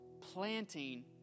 planting